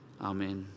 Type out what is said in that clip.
Amen